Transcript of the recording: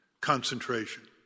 Concentration